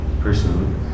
personally